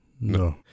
No